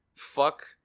Fuck